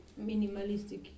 minimalistic